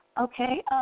Okay